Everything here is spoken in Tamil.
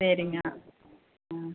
சரிங்க ம்